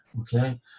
Okay